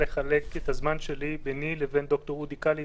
לחלק את הזמן שלי ביני לבין ד"ר אודי קלינר,